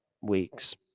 week's